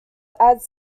adds